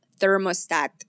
thermostat